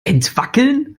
entwackeln